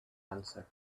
answer